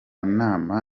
nama